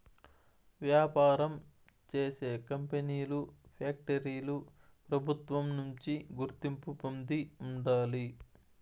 వ్యాపారం చేసే కంపెనీలు ఫ్యాక్టరీలు ప్రభుత్వం నుంచి గుర్తింపు పొంది ఉండాలి